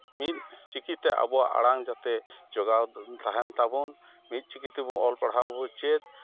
ᱢᱤᱫ ᱪᱤᱠᱤᱛᱮ ᱟᱵᱚᱣᱟᱜ ᱟᱲᱟᱝ ᱡᱟᱛᱮ ᱡᱚᱜᱟᱣ ᱛᱟᱦᱮᱱ ᱛᱟᱵᱚᱱ ᱢᱤᱫ ᱪᱤᱠᱤᱛᱮ ᱚᱞ ᱯᱟᱲᱦᱟᱣ ᱡᱮᱱᱚ ᱵᱚᱱ ᱪᱮᱫ